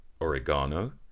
Oregano